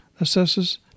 assesses